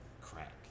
crack